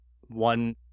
one